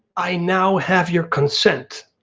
i now have your consent.